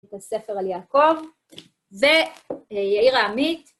את הספר על יעקב ויאירה עמית.